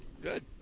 Good